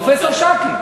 פרופסור שאקי.